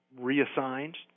reassigned